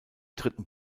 dritten